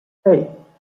hei